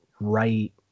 right